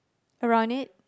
around it